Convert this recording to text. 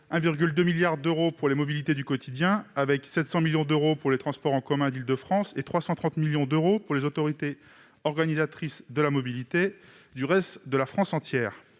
1,2 milliard d'euros pour les mobilités du quotidien, dont 700 millions d'euros pour les transports en commun d'Île-de-France et 330 millions d'euros pour les autorités organisatrices de la mobilité (AOM) du reste de la France.